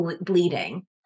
bleeding